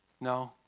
No